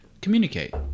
Communicate